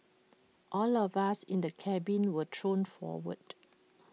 all of us in the cabin were thrown forward